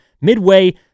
midway